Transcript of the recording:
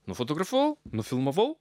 nufotografavo nufilmavau